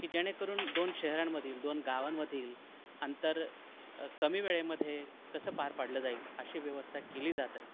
की जेणेकरून दोन शहरांमधील दोन गावांमधील अंतर कमी वेळेमध्ये कसं पार पाडलं जाईल अशी व्यवस्था केली जात आहे